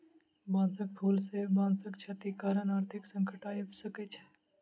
बांसक फूल सॅ बांसक क्षति कारण आर्थिक संकट आइब सकै छै